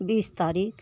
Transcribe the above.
बीस तारीख